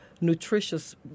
nutritious